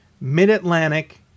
Mid-Atlantic